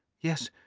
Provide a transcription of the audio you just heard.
yes,